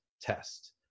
test